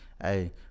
Hey